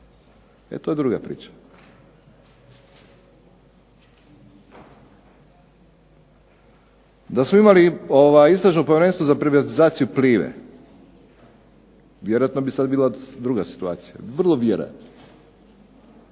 To je druga priča. Da smo imali istražno povjerenstvo za privatizaciju Plive vjerojatno bi sad bila druga situacija. Vrlo vjerojatno.